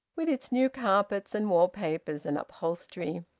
with its new carpets and wall-papers and upholstery.